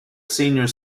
senior